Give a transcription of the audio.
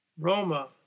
Roma